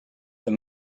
een